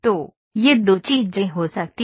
तो ये दो चीजें हो सकती हैं